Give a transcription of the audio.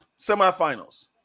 Semifinals